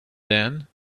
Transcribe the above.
then